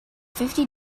fifty